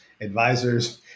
advisors